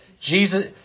Jesus